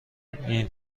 این